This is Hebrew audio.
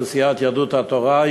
של סיעת יהדות התורה,